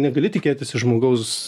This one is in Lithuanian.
negali tikėtis iš žmogaus